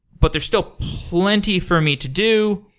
but there's still plenty for me to do.